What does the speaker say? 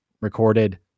recorded